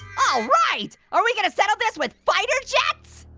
ah right. are we gonna settle this with fighter jets?